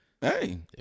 hey